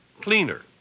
Cleaner